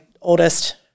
oldest